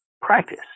practice